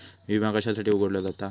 विमा कशासाठी उघडलो जाता?